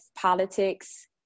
politics